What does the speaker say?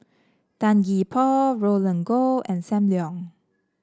Tan Gee Paw Roland Goh and Sam Leong